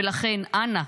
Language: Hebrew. ולכן, אנא,